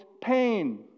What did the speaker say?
pain